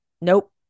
Nope